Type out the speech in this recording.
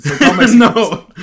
No